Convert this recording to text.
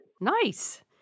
Nice